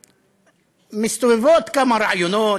מסתובבים כמה רעיונות,